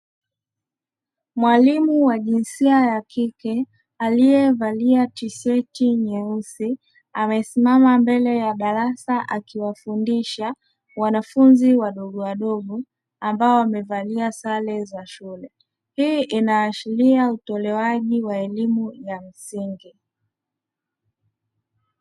Mwalimu wa jinsia ya kike aliyevalia tisheti nyeusi amesimama mbele ya darasa akiwafundisha wanafunzi wadogo wadogo ambao wamevalia sare za shule, hii inaashiria utolewaji wa elimu ya msingi.